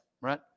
right